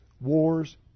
wars